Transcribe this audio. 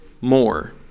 more